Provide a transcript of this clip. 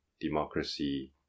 democracy